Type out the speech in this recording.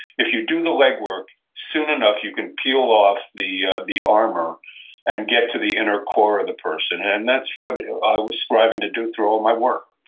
if you do the legwork, soon enough, you can peel off the ah the armor and get to the inner core of the person. and that's what i was striving to do through all my work